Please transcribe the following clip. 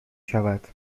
شود